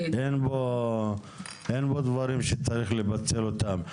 אין פה דברים שצריך לבטל אותם.